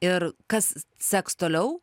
ir kas seks toliau